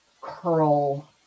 curl